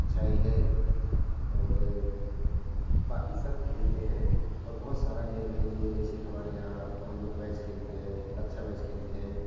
अच्छा ही है और बाकी सब खेलते हैं और बहुत सारा गेम हैं जो जैसे हमारे यहाँ हम लोग मैच खेलते हैं अच्छा मैच खेलते हैं